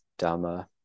Dhamma